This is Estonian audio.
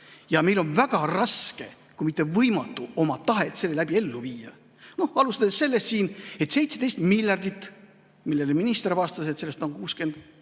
ja meil on väga raske, kui mitte võimatu oma tahet selle abil ellu viia. Noh, alustades sellest siin, et 17 miljardit sellest, nagu minister vastas, on 60